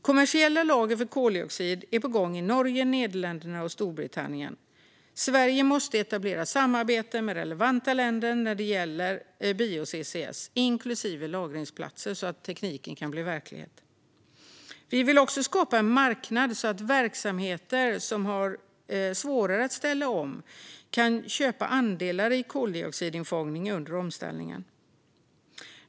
Kommersiella lager för koldioxid är på gång i Norge, Nederländerna och Storbritannien. Sverige måste etablera samarbete med relevanta länder när det gäller bio-CCS, inklusive lagringsplatser, så att tekniken kan bli verklighet. Vi vill också skapa en marknad så att verksamheter som har svårare att ställa om kan köpa andelar i koldioxidinfångning under omställningen.